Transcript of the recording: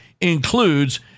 includes